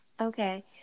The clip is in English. Okay